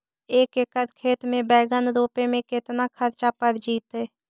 एक एकड़ खेत में बैंगन रोपे में केतना ख़र्चा पड़ जितै?